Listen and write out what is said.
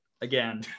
again